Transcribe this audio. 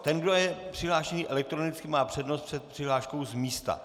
Ten, kdo je přihlášený elektronicky, má přednost před přihláškou z místa.